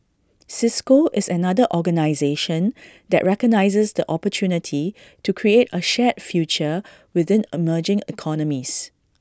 cisco is another organisation that recognises the opportunity to create A shared future within emerging economies